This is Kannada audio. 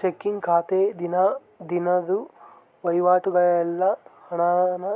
ಚೆಕ್ಕಿಂಗ್ ಖಾತೆ ದಿನ ದಿನುದ್ ವಹಿವಾಟುಗುಳ್ಗೆ ಹಣಾನ